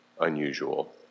unusual